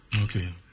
Okay